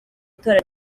itora